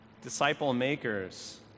disciple-makers